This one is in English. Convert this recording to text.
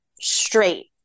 straight